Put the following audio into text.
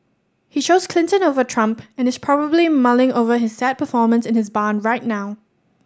he chose Clinton over Trump and is probably mulling over his sad performance in his barn right now